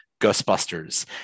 Ghostbusters